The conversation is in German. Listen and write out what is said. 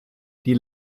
die